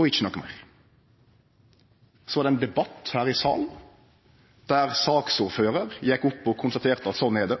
og ikkje noko meir. Så var det ein debatt her i salen, der saksordføraren gjekk opp på talarstolen og konstaterte at slik er det.